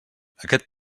aquest